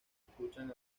escuchan